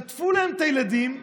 חטפו להם את הילדים,